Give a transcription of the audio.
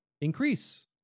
increase